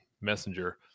messenger